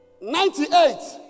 ninety-eight